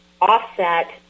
offset